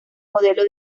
modelo